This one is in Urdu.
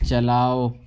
چلاؤ